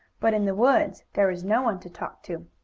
but in the woods there is no one to talk to.